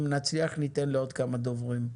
אם נצליח ניתן לעוד כמה דוברים.